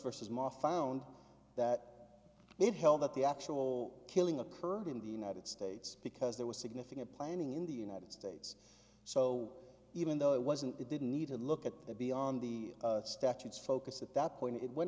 versus ma found that it held that the actual killing occurred in the united states because there was significant planning in the united states so even though it wasn't it didn't need to look at the beyond the statutes focus at that point it went